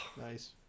Nice